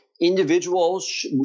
individuals